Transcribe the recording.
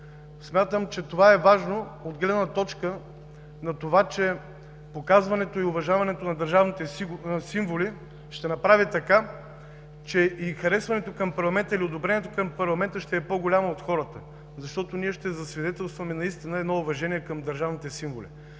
Смятам, че това е важно от гледна точка на това, че показването и уважаването на държавните символи ще направи така, че и харесването към парламента или одобрението към парламента ще е по-голямо от хората, защото ние ще засвидетелстваме едно уважение към държавните символи.